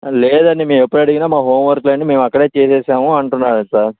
లేదండీ మేమెప్పుడడిగినా మా హోమ్ వర్కులన్నీ మేము అక్కడే చేసేశాము అంటున్నాడు సార్